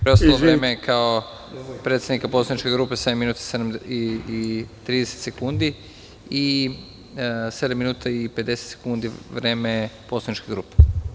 Preostalo vreme kao predsednika poslaničke grupe, sedam minuta i 30 sekundi i 7 minuta i 50 sekundi vreme poslaničke grupe.